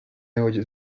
oyes